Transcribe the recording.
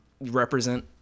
represent